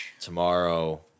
Tomorrow